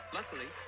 Luckily